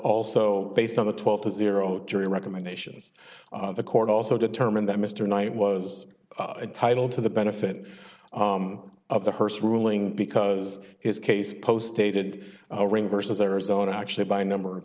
also based on the twelve to zero jury recommendations the court also determined that mr knight was a title to the benefit of the first ruling because his case post dated a ring versus arizona actually by a number of